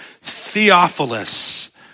Theophilus